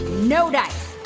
no dice.